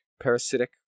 parasitic